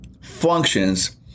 functions